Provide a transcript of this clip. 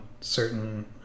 certain